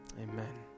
Amen